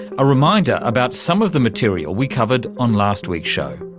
a reminder about some of the material we covered on last week's show.